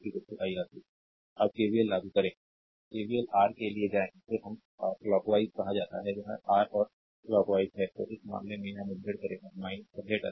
slide time देखें 1634 अब KVL लागू करें केवीएल आर के लिए जाएं जिसे आर क्लॉकवाइज कहा जाता है यह आर गो क्लॉकवाइज है तो इस मामले में यह मुठभेड़ करेगा पहले टर्मिनल